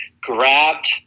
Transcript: grabbed